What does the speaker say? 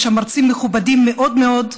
יש שם מרצים מכובדים מאוד מאוד.